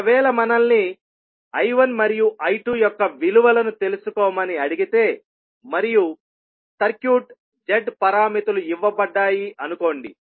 ఒకవేళ మనల్ని I1 మరియు I2 యొక్క విలువలను తెలుసుకోమని అడిగితే మరియు సర్క్యూట్ Z పారామితులు ఇవ్వబడ్డాయి అనుకోండి